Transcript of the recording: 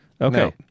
Okay